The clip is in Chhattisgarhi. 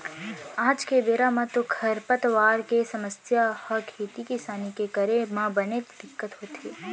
आज के बेरा म तो खरपतवार के समस्या ह खेती किसानी के करे म बनेच दिक्कत होथे